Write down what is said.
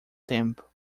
tempo